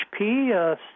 HP